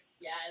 Yes